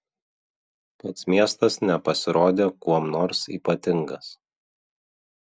pats miestas nepasirodė kuom nors ypatingas